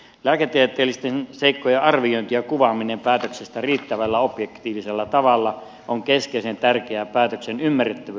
lääketieteellisten seikkojen arviointi ja kuvaaminen päätöksessä riittävällä ja objektiivisella tavalla on keskeisen tärkeää päätöksen ymmärrettävyyden kannalta